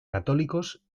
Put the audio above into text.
católicos